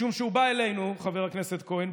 משום שהוא בא אלינו, חבר הכנסת כהן,